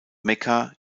mekka